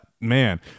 Man